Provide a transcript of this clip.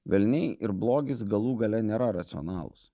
velniai ir blogis galų gale nėra racionalūs